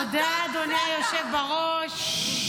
תודה, אדוני היושב בראש.